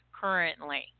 currently